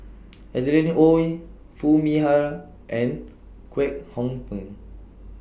Adeline Ooi Foo Mee Har and Kwek Hong Png